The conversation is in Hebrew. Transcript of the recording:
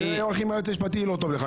כשהולכים עם היועץ המשפטי לא טוב לך,